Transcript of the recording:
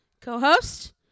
co-host